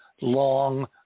long